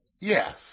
Yes